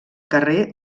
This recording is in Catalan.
carrer